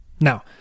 Now